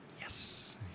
yes